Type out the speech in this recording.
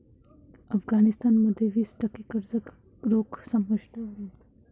अफगाणिस्तान मध्ये वीस टक्के कर्ज रोखे समाविष्ट आहेत